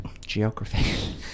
Geography